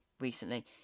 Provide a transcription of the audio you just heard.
recently